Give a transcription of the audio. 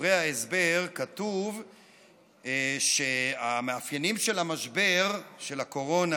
בדברי ההסבר כתוב שהמאפיינים של המשבר של הקורונה